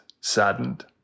saddened